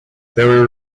there